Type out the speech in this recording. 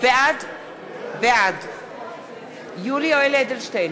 בעד יולי יואל אדלשטיין,